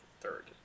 third